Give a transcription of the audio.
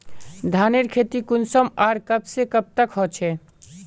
धानेर खेती कुंसम आर कब से कब तक होचे?